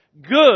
Good